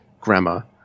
grammar